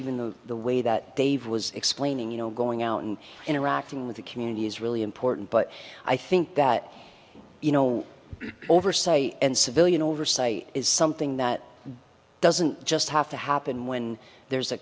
even though the way that dave was explaining you know going out and interacting with the community is really important but i think that you know oversight and civilian oversight is something that doesn't just have to happen when there's a